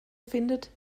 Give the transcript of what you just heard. findet